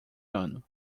ano